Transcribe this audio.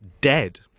dead